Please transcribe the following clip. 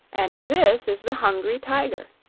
and this is the hungry tiger,